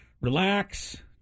relax